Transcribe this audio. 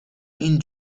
این